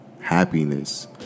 happiness